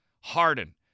Harden